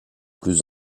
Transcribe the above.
plus